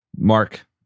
Mark